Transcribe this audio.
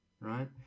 right